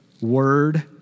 word